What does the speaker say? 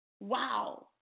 wow